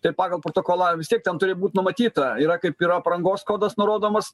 tai pagal protokolą vis tiek ten turi būt numatyta yra kaip ir aprangos kodas nurodomas